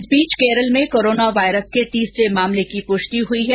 इस बीच केरल में कोरोना वायरस के तीसरे मामले की पुष्टि हई है